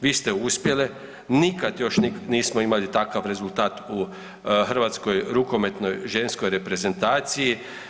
Vi ste uspjele, nikad još nismo imali takav rezultat u Hrvatskoj rukometnoj ženskoj reprezentaciji.